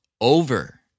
over